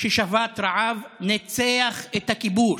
ששבת רעב ניצח את הכיבוש.